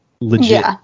legit